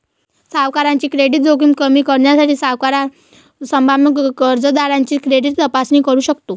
सावकाराची क्रेडिट जोखीम कमी करण्यासाठी, सावकार संभाव्य कर्जदाराची क्रेडिट तपासणी करू शकतो